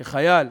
שחייל,